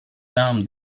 dame